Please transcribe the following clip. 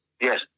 yes